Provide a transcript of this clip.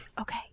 Okay